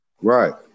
Right